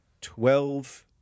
Twelve